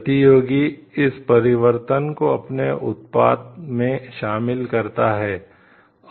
प्रतियोगी इस परिवर्तन को अपने उत्पाद में शामिल करता है